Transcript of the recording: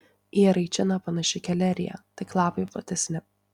į eraičiną panaši kelerija tik lapai platesni